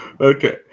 Okay